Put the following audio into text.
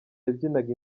yabyinaga